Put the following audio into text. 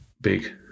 Big